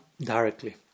directly